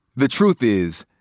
the truth is,